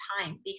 time